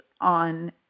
on